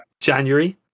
January